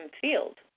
field